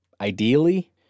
ideally